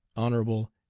honorable,